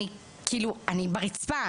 אני על הרצפה,